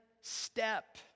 step